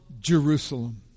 Jerusalem